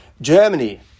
Germany